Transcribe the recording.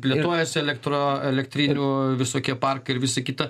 plėtojasi elektro elektrinių visokie parkai ir visa kita